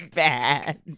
bad